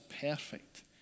perfect